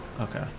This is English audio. Okay